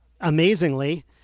amazingly